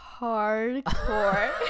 hardcore